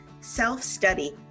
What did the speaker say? self-study